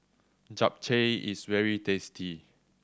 japchae is very tasty